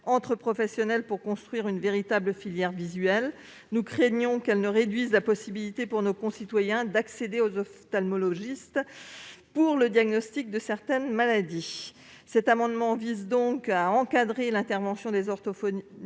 entre professionnels pour construire une véritable filière visuelle. Nous craignons qu'elle ne réduise la possibilité pour nos concitoyens d'accéder aux ophtalmologistes pour le diagnostic de certaines maladies. Cet amendement vise donc à encadrer l'intervention des orthoptistes